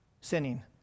sinning